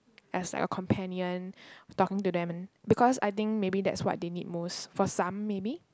as like a companion talking to them because I think maybe that's what they need most for some maybe